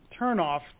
turnoff